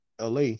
LA